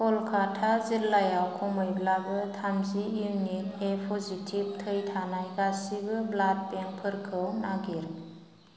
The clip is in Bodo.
कलकाता जिल्लायाव खमैब्लाबो थामजि इउनिट ए पसितिभ थै थानाय गासिबो ब्लाड बेंक फोरखौ नागिर